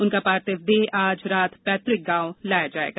उनकी पार्थिक देह आज रात पैतृक गांव लाई जाएगी